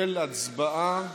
של הצבעה,